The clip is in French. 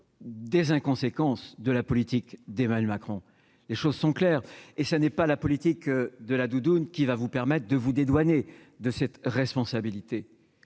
des inconséquences de la politique d'Evan Macron les choses sont claires et ça n'est pas la politique de la doudoune qui va vous permettre de vous dédouaner de cette responsabilité,